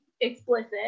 explicit